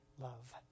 love